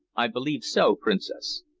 i believe so, princess.